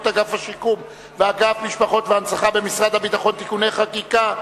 אגף השיקום ואגף משפחות והנצחה במשרד הביטחון (תיקוני חקיקה),